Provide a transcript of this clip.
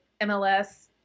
MLS